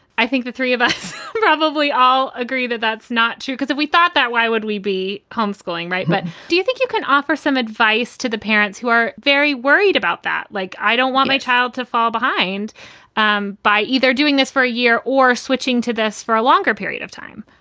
i think the three of us probably all agree that that's not true, because if we thought that, why would we be homeschooling? right. but do you think you can offer some advice to the parents who are very worried about that? like, i don't want my child to fall behind um by either doing this for a year or switching to this for a longer period of time